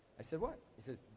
i said what? he says,